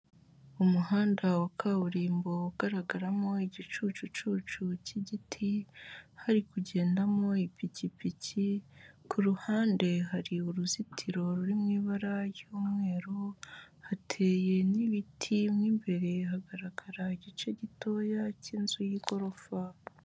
Umuhanda wa kaburimbo ugaragaramo igicucucucu cy'igiti, hari kugendamo ipikipiki, ku ruhande hari uruzitiro ruri mu ibara ry'umweru, hateye n' ibiti, mo imbere hagaragara igice gitoya cy'inzu y'igorofa.